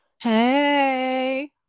hey